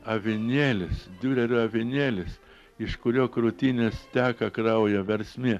avinėlis diurerio avinėlis iš kurio krūtinės teka kraujo versmė